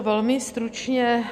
Velmi stručně.